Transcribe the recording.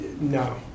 no